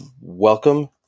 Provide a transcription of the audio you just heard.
welcome